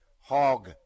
hog